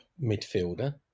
midfielder